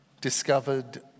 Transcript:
discovered